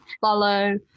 follow